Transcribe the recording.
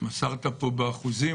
מסרת פה באחוזים.